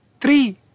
three